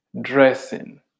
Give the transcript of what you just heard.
dressing